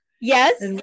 Yes